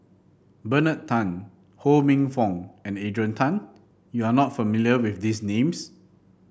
Bernard Tan Ho Minfong and Adrian Tan you are not familiar with these names